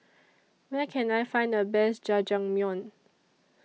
Where Can I Find The Best Jajangmyeon